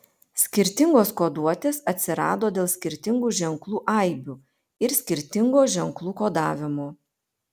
skirtingos koduotės atsirado dėl skirtingų ženklų aibių ir skirtingo ženklų kodavimo